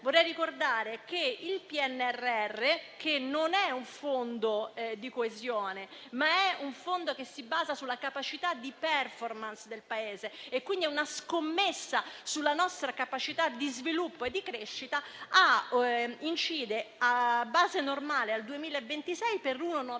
vorrei ricordare che il PNRR, che non è un fondo di coesione, ma si basa sulla capacità di *performance* del Paese - quindi è una scommessa sulla nostra capacità di sviluppo e di crescita - incide, a base normale al 2026, per l'1,9